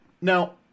Now